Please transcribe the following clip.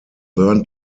burn